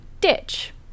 ditch